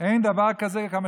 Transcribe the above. אין דבר כזה בעולם,